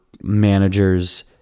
managers